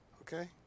Okay